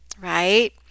right